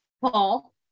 Paul